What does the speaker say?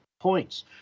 points